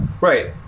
Right